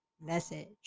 message